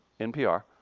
NPR